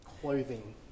clothing